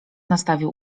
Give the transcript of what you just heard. nastawił